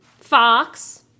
Fox